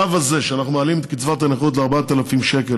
השלב הזה שאנחנו מעלים את קצבת הנכות ל-4,000 שקל,